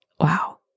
wow